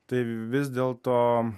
tai vis dėlto